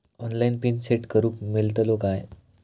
Online pin set करूक मेलतलो काय?